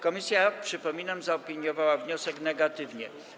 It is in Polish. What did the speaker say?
Komisja, przypominam, zaopiniowała wniosek negatywnie.